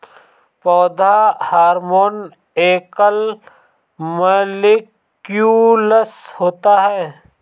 पौधा हार्मोन एकल मौलिक्यूलस होता है